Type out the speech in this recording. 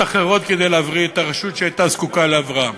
אחרות כדי להבריא את הרשות שהייתה זקוקה להבראה.